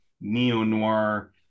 neo-noir